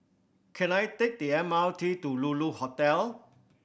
can I take the M R T to Lulu Hotel